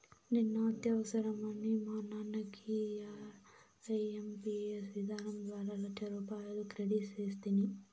నిన్న అత్యవసరమని మా నాన్నకి ఐఎంపియస్ విధానం ద్వారా లచ్చరూపాయలు క్రెడిట్ సేస్తిని